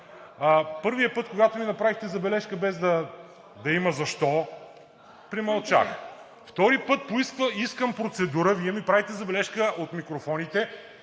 Първия път, когато ми направихте забележка, без да има защо – премълчах. Втори път искам процедура, Вие ми правите забележка от микрофоните,